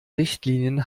richtlinien